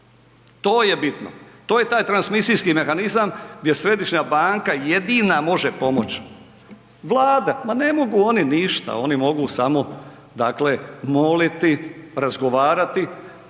to je bitno, to je taj transmisijski mehanizam gdje središnja banka jedina može pomoć. Vlada, ma ne mogu oni ništa, oni mogu samo moliti, razgovarati,